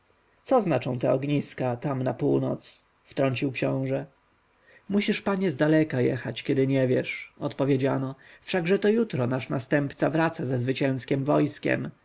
co znaczą te ogniska tam na północ wtrącił książę musisz panie zdaleka jechać kiedy nie wiesz odpowiedziano wszakże to jutro nasz następca wraca ze zwycięskiem wojskiem